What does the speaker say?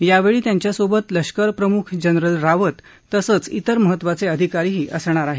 यावेळी त्यांच्यासोबत लष्कर प्रमुख जनरल रावत तसंच इतर महत्वाचे अधिकारी असणार आहेत